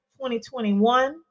2021